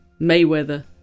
Mayweather